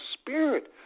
spirit